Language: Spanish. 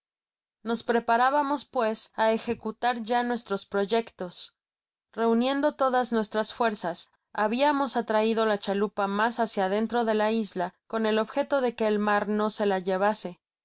nos preparábamos pues á ejecutar ya nuestros proyectos reuniendo todas nuestras fuerzas habiamos atraido la chalupa mas hácia dentro de la isla con el objeto de que el mar no se la llevase